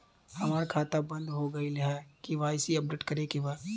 हमार खाता बंद हो गईल ह के.वाइ.सी अपडेट करे के बा?